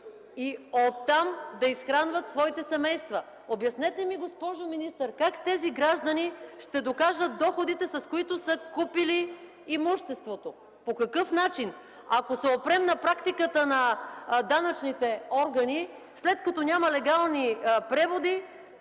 и оттам да изхранват своите семейства. Обяснете ми, госпожо министър, как тези граждани ще докажат доходите, с които са купили имуществото, по какъв начин? Ако се опрем на практиката на данъчните органи, след като няма легални преводи,